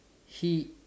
he